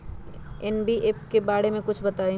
NPK बारे म कुछ बताई?